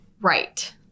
Right